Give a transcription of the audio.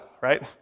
right